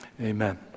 amen